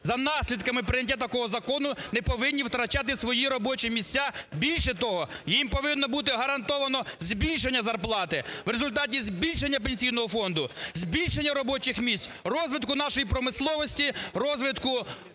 за наслідками прийняття такого закону, не повинні втрачати свої робочі місця. Більше того, їм повинно бути гарантовано збільшення зарплати в результаті збільшення Пенсійного фонду, збільшення робочих місць, розвитку нашої промисловості, розвитку